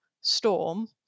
storm